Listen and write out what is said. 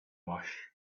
wash